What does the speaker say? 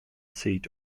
seat